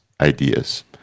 ideas